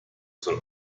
soll